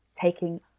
taking